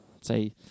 say